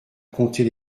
compter